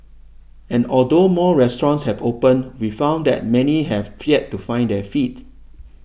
and although more restaurants have opened we found that many have yet to find their feet